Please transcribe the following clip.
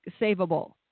savable